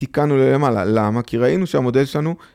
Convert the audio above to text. תיקנו ללמעלה, למה? כי ראינו שהמודל שלנו...